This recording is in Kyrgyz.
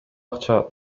акча